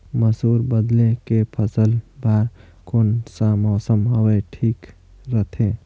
मसुर बदले के फसल बार कोन सा मौसम हवे ठीक रथे?